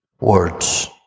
words